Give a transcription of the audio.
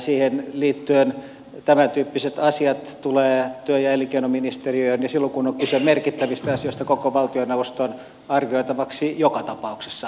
siihen liittyen tämän tyyppiset asiat tulevat työ ja elinkeinoministeriöön ja silloin kun on kyse merkittävistä asioista koko valtioneuvoston arvioitavaksi joka tapauksessa